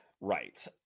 right